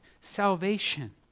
salvation